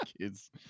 kids